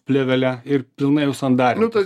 plėvele ir pilnai užsandarintas